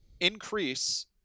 increase